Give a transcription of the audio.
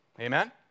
amen